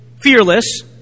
Fearless